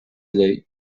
llei